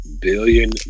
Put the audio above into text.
billion